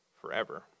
forever